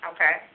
Okay